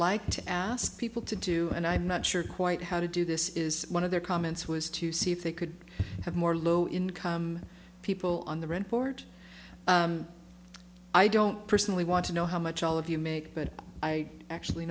like to ask people to do and i'm not sure quite how to do this is one of their comments was to see if they could have more low income people on the report i don't personally want to know how much all of you make but i actually